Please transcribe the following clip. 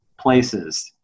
places